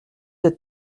êtes